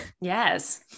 Yes